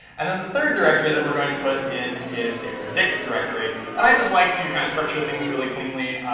and then, the third directory that we're going to put in is a predict directory. and i just like to kind of structure things really cleanly.